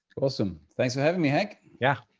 awesome. thanks for having me, hank. yeah,